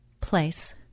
place